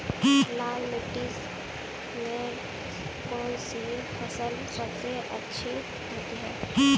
लाल मिट्टी में कौन सी फसल सबसे अच्छी उगती है?